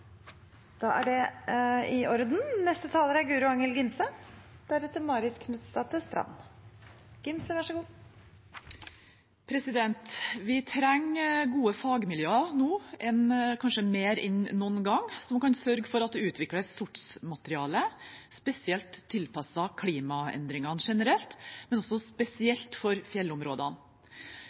Vi trenger gode fagmiljøer nå, kanskje mer enn noen gang, som kan sørge for at det utvikles sortsmateriale spesielt tilpasset klimaendringene generelt, men også spesielt for fjellområdene.